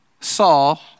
Saul